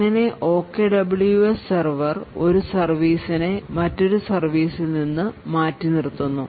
അങ്ങനെ OKWS server ഒരു സർവീസിനെ മറ്റൊരു സർവീസിൽ നിന്ന് മാറ്റി നിർത്തുന്നു